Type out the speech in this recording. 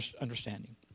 understanding